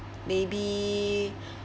maybe